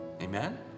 Amen